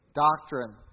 doctrine